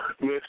miss